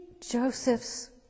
Joseph's